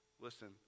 Listen